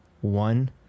one